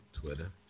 Twitter